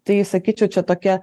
tai sakyčiau čia tokia